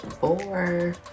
four